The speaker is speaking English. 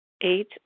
Eight